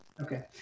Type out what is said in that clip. Okay